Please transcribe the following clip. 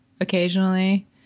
occasionally